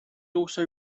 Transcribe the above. also